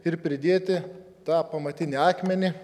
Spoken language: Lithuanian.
ir pridėti tą pamatinį akmenį